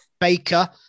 Baker